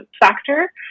factor